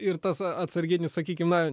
ir tas atsarginis sakykime